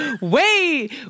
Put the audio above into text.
wait